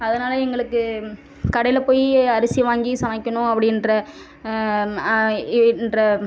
அதனால எங்களுக்கு கடையில் போய் அரிசி வாங்கி சமைக்கணும் அப்படீன்ற என்ற